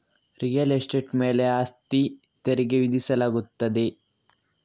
real estate ಮೇಲೆ ಆಸ್ತಿ ತೆರಿಗೆ ವಿಧಿಸಲಾಗುತ್ತದೆ